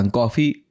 coffee